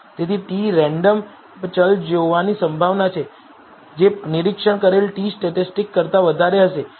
તેથી t random ચલ જોવાની સંભાવના છે જે નિરીક્ષણ કરેલ t સ્ટેટિસ્ટિક કરતા વધારે હશે